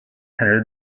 henry